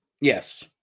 Yes